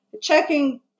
checking